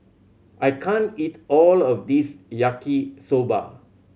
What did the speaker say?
I can't eat all of this Yaki Soba